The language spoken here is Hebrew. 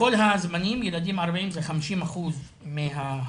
בכל הזמנים ילדים ערבים זה 50% מההרוגים.